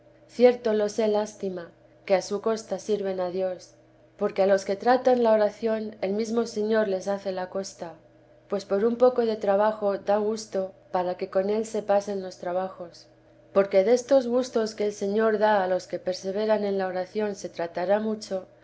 cierto los he lástima que a su costa sirven a dios porque a los que tratan la oración el mesmo señor les hace la costa pues por un poco de trabajo da gusto para que con él se pasen los trabajos porque destos gustos que el señor da a los que perseveran en la oración se tratará mucho